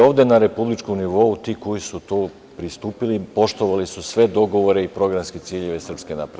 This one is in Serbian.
Ovde na republičkom nivou, ti koji su tome pristupili, poštovali su sve dogovore i programske ciljeve SNS.